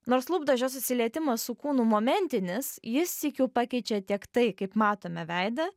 nors lūpdažio susilietimas su kūnu momentinis jis sykiu pakeičia tiek tai kaip matome veidą